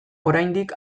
oraindik